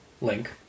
link